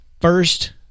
first